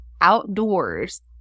outdoors